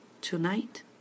tonight